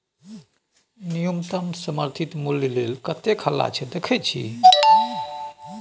न्युनतम समर्थित मुल्य लेल कतेक हल्ला छै देखय छी